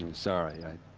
and sorry, i.